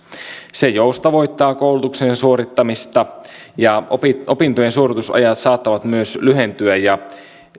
se joustavoittaa koulutuksen suorittamista ja opintojen suoritusajat saattavat myös lyhentyä ja